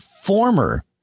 former